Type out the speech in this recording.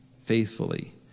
Faithfully